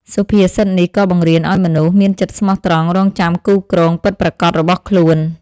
សុភាសិតនេះក៏បង្រៀនឱ្យមនុស្សមានចិត្តស្មោះត្រង់ រង់ចាំគូគ្រងពិតប្រាកដរបស់ខ្លួន។